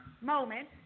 moment